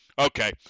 Okay